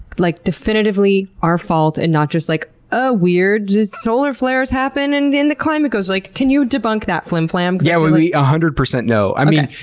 like definitively our fault and not just like, a weird, solar flare's happened and and the climate goes, like, can you debunk that flimflam? yeah we one ah hundred percent know. i mean,